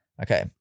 Okay